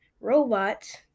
robots